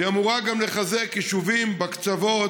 והיא אמורה גם לחזק יישובים בקצוות,